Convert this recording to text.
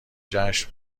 جشن